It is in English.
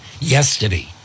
yesterday